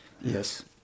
Yes